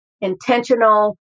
intentional